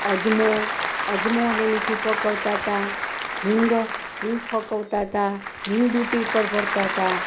અજમો અજમો ને મીઠું પકવતાં હતાં હિંગ હિંગ પકવતાં હતાં હિંગ ડૂટી ઉપર ભરતાં હતાં હતાં